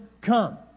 come